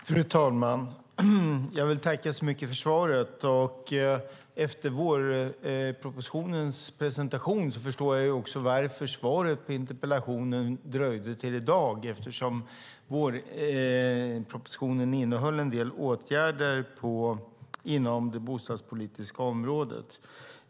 Fru talman! Jag vill tacka så mycket för svaret. Efter vårpropositionens presentation förstår jag varför svaret på interpellationen dröjde till i dag, eftersom vårpropositionen innehöll en del åtgärder inom det bostadspolitiska området.